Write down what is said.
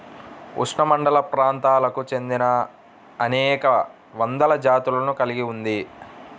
ఉష్ణమండలప్రాంతాలకు చెందినఅనేక వందల జాతులను కలిగి ఉంది